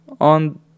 on